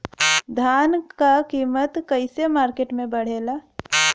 धान क कीमत कईसे मार्केट में बड़ेला?